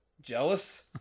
Jealous